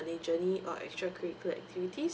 journey or extra curricular activities